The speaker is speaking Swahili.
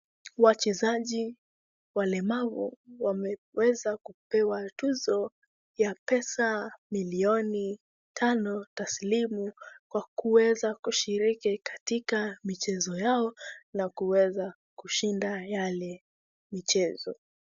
Wachezaji walemavu wameweza kupewa tuzo ya pesa milioni tano taslim kwa kuweza kushiriki katika michezo yao na kuweza kushida yale michezo.